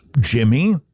Jimmy